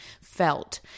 felt